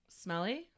Smelly